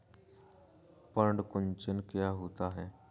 पर्ण कुंचन क्या होता है?